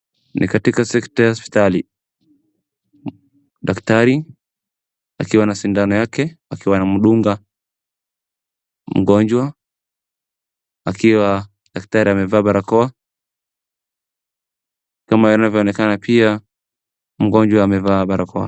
Ni katika sekta ya hospitali. Daktari akiwa na sindano yake akiwa anamdunga mgonjwa akiwa daktari amevaa barakoa kama inavyoonekana pia mgonjwa amevaa barakoa.